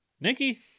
Nikki